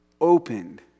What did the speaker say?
opened